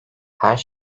her